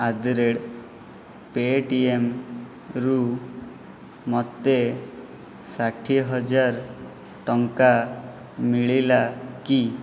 at the rate ପେଟିଏମ୍ରୁ ମୋତେ ଷାଠିଏ ହଜାର ଟଙ୍କା ମିଳିଲା କି